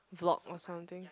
vlog or something